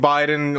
Biden